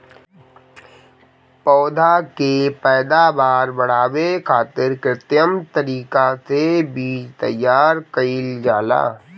पौधा के पैदावार बढ़ावे खातिर कित्रिम तरीका से बीज तैयार कईल जाला